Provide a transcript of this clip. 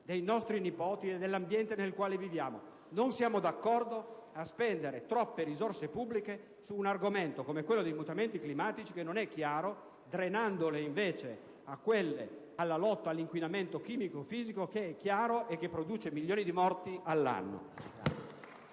dei nostri nipoti e dell'ambiente nel quale viviamo. Non siamo d'accordo a spendere troppe risorse pubbliche su un argomento come quello dei mutamenti climatici che non è chiaro, drenandole invece dalla lotta dell'inquinamento chimico-fisico che è chiaro e che produce milioni di morti all'anno.